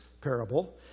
parable